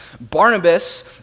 Barnabas